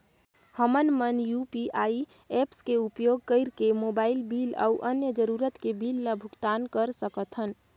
हमन मन UPI apps के उपयोग करिके मोबाइल बिल अऊ अन्य जरूरत के बिल ल भुगतान कर सकथन